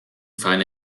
feine